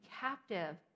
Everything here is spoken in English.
captive